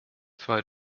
zwei